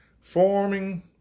Forming